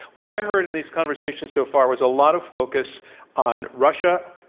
what i heard in these conversations so far was a lot of focus on russia,